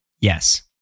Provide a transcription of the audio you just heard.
yes